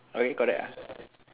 okay really correct ah